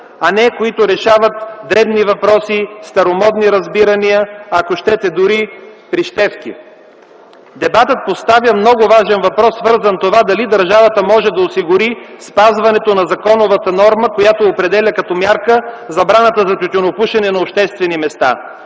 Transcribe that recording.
а не които решават дребни въпроси, старомодни разбирания, ако щете дори прищевки. Дебатът поставя много важен въпрос, свързан с това дали държавата може да осигури спазването на законовата норма, която определя като мярка забраната за тютюнопушене на обществени места.